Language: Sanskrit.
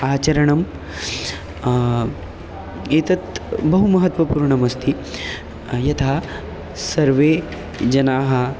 आचरणम् एतत् बहु महत्त्वपूर्णमस्ति यथा सर्वे जनाः